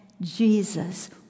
Jesus